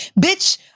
Bitch